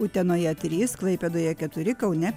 utenoje trys klaipėdoje keturi kaune